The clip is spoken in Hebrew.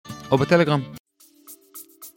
או בטלגרם.